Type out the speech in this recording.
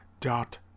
dot